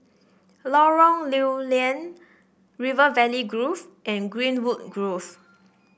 Lorong Lew Lian River Valley Grove and Greenwood Grove